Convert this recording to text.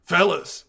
Fellas